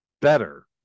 better